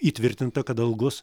įtvirtinta kad algos